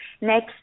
next